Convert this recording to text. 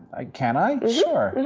can i? sure.